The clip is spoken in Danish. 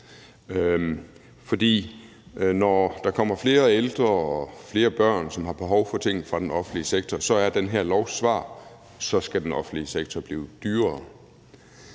For når der kommer flere ældre og flere børn, som har behov for ting fra den offentlige sektor, så er det her lovforslags svar, at så skal den offentlige sektor blive dyrere.